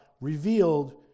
revealed